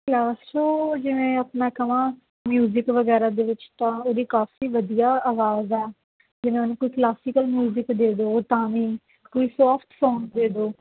ਜਿਵੇਂ ਆਪਣਾ ਕਵਾਂ ਮਿਊਜਿਕ ਵਗੈਰਾ ਦੇ ਵਿੱਚ ਤਾਂ ਉਹਦੀ ਕਾਫੀ ਵਧੀਆ ਆਵਾਜ਼ ਹੈ ਜਿਵੇਂ ਹੁਣ ਕਿ ਕਲਾਸਿਕਲ ਮਿਊਜਿਕ ਦੇ ਦਿਓ ਤਾਂ ਵੀ ਕੋਈ ਸੋਫਟ ਸੋਗ ਦੇ ਦਿਓ